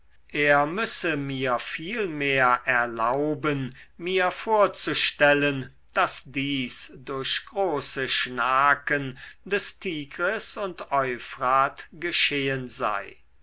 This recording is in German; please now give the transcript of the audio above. er müsse mir vielmehr erlauben mir vorzustellen daß dies durch große schnaken des tigris und euphrat geschehn sei